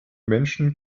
menschen